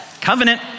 Covenant